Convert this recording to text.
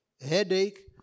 headache